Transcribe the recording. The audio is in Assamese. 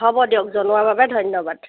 হ'ব দিয়ক জনোৱাৰ বাবে ধন্যবাদ